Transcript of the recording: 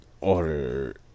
order